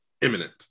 imminent